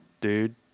dude